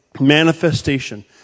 manifestation